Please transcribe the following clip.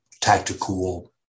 tactical